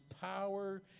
power